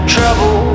Trouble